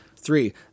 Three